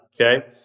okay